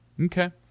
Okay